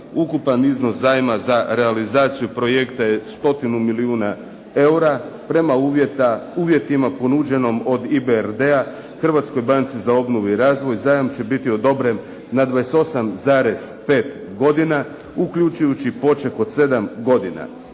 ukupan iznos zajma za realizaciju projekta je 100 milijuna eura. Prema uvjetima ponuđenim od IBRD-a Hrvatskoj banci za obnovu i razvoj zajam će biti odobren na 28,5 godina uključujući poček od 7 godina.